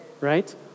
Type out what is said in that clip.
right